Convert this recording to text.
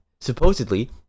Supposedly